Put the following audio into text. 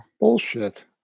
Bullshit